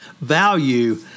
value